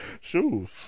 Shoes